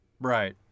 right